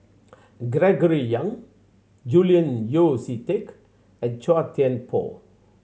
Gregory Yong Julian Yeo See Teck and Chua Thian Poh